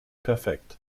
perfekt